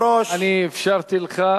חבר הכנסת זחאלקה, אני אפשרתי לך.